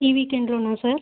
ఈ వీకెండ్లోనా సార్